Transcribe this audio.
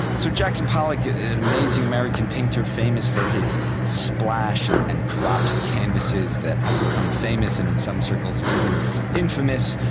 so jackson pollock, an amazing american painter, famous for his splash and and dropped canvases that have become famous and in some circles even infamous.